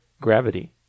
gravity